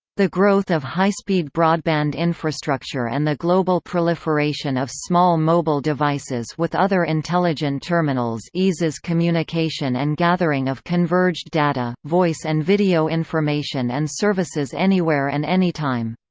the growth of high-speed broadband infrastructure and the global proliferation of small mobile devices with other intelligent terminals eases communication and gathering of converged data, voice and video information and services anywhere and anytime.